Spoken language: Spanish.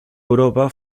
europa